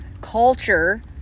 culture